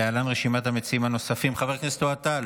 להלן רשימת המציעים הנוספים: חבר הכנסת אוהד טל,